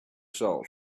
shell